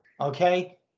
Okay